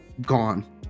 gone